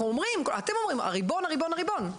אתם אומרים: הריבון הריבון הריבון,